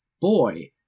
boy